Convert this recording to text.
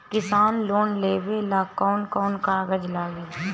किसान लोन लेबे ला कौन कौन कागज लागि?